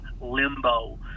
limbo